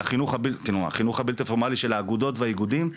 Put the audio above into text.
החינוך הבלתי פורמלי של האגודות והאיגודים,